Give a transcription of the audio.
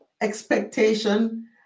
expectation